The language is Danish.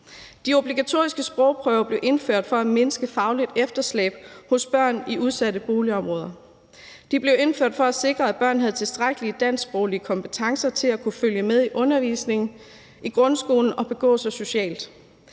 De obligatoriske sprogprøver blev indført for at mindske fagligt efterslæb hos børn i udsatte boligområder. De blev indført for at sikre, at børn havde tilstrækkelige dansksproglige kompetencer til at kunne følge med i undervisningen i grundskolen og begå sig socialt.